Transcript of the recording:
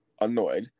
annoyed